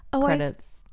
credits